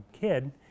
kid